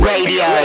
Radio